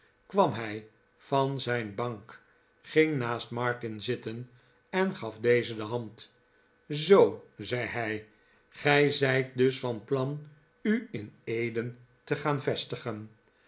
kwam hij van zijn bank ging naast martin zitten en gaf dezen de hand zoo zei hij gij zijt dus van plan u in eden te gaan vestigen